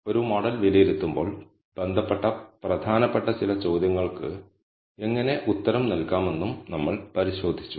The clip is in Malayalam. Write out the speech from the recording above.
ഒരു മോഡൽ വിലയിരുത്തുമ്പോൾ ബന്ധപ്പെട്ട പ്രധാനപ്പെട്ട ചില ചോദ്യങ്ങൾക്ക് എങ്ങനെ ഉത്തരം നൽകാമെന്നും നമ്മൾ പരിശോധിച്ചു